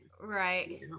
Right